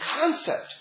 concept